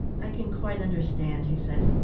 i can quite understand, he said,